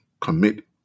commit